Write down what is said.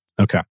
Okay